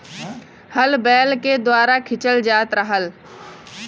हल बैल के द्वारा खिंचल जात रहल